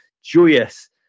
joyous